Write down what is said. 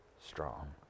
strong